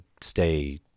stay